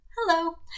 hello